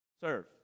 serve